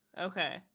Okay